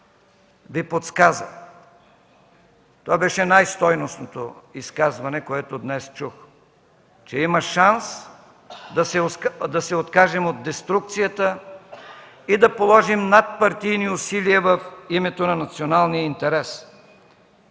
Ви подсказа. Това беше най-стойностното изказване, което днес чух, че има шанс да се откажем от деструкцията и да положим надпартийни усилия в името на националния интерес.